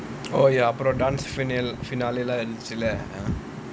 oh ya அப்புறம்:appuram dance finale லாம் இருந்துச்சுல்ல:laam irunthuchula